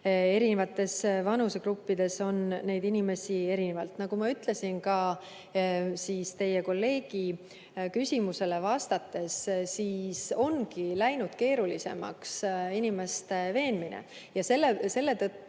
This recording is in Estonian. Eri vanusegruppides on neid inimesi erinevalt. Nagu ma ütlesin ka teie kolleegi küsimusele vastates, siis ongi läinud keerulisemaks inimeste veenmine. Selle tõttu